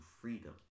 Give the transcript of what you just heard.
freedom